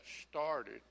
started